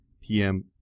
PM